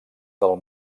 del